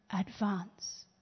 advance